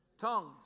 Tongues